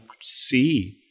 see